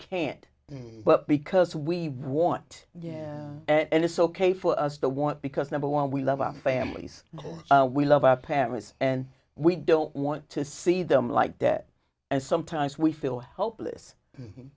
but because we want yeah and it's ok for us to want because number one we love our families we love our parents and we don't want to see them like that and sometimes we feel hopeless